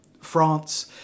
France